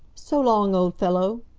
so long, old fellow!